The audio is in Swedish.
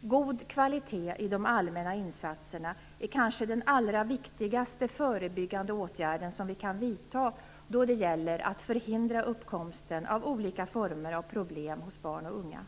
God kvalitet i de allmänna insatserna är kanske den allra viktigaste förebyggande åtgärd som vi kan vidta då det gäller att förhindra uppkomsten av olika former av problem hos barn och unga.